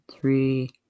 three